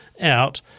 out